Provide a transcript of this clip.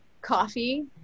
coffee